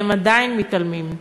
והם עדיין מתעלמים.